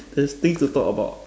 there's things to talk about